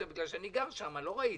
בגלל שאני גר שם ולא ראיתי.